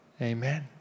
Amen